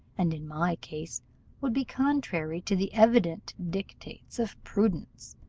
and in my case would be contrary to the evident dictates of prudence,